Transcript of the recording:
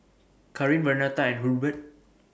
Kareen Vernetta and Hurbert